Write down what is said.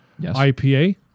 IPA